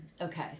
okay